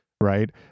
right